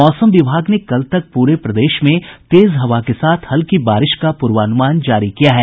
मौसम विभाग ने कल तक प्रे प्रदेश में तेज हवा के साथ हल्की बारिश का पूर्वानुमान जारी किया है